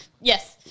yes